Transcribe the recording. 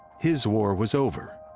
his war was over.